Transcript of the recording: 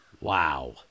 Wow